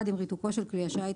עם ריתוקו של כלי השיט,